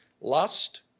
Lust